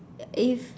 uh if